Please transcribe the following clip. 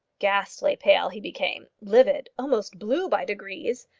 ghastly pale he became livid, almost blue by degrees.